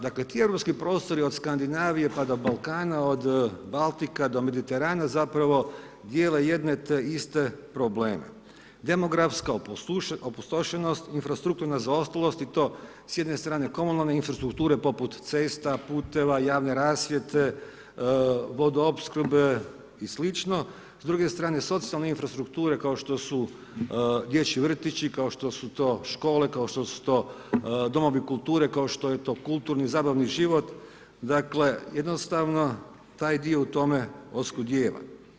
Dakle ti europski prostori od Skandinavije pa do Balkana, od Baltika do Mediterana zapravo dijele te iste probleme, demografska opustošenost, infrastrukturna zaostalost i to s jedne strane komunalne infrastrukture poput cesta, puteva, javne rasvjete, vodoopskrbe i sl., s druge strane socijalne infrastrukture kao što su dječji vrtići, kao što su to škole, domovi kulture, kao što je to kulturni, zabavni život, dakle jednostavno taj dio u tome oskudijeva.